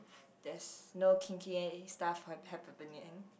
there's no kinky stuff hap~ happe~ happening